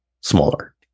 smaller